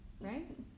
right